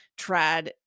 trad